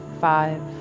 five